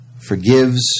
forgives